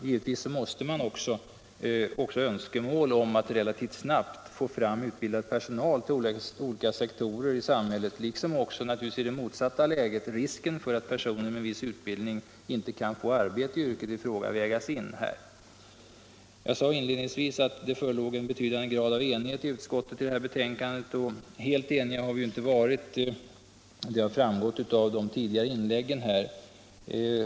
Givetvis måste också önskemål att relativt snabbt få fram utbildad personal till olika sektorer i samhället, liksom också — i motsatt läge — risken för att personer med viss utbildning inte kan få arbete i sitt yrke vägas in. Jag sade inledningsvis att det i utskottet har förelegat en betydande grad av enighet, men helt eniga har vi inte varit. Detta har ju också framgått av tidigare inlägg.